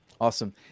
Awesome